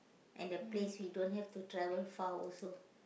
and the place we don't have to travel far also